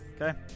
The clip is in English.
Okay